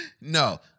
No